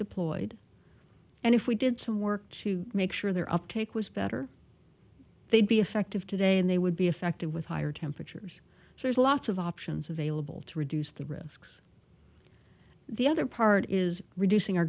deployed and if we did some work to make sure there uptake was better they'd be effective today and they would be affected with higher temperatures so there's lots of options available to reduce the risks the other part is reducing our